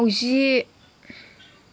माउजि